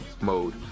mode